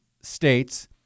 states